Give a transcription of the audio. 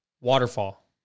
Waterfall